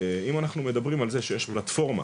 אם אנחנו מדברים על זה שיש פלטפורמה